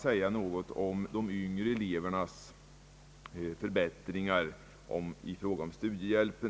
säga några ord om förbättringarna för de yngre eleverna i fråga om studiehjälpen.